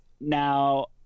Now